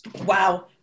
Wow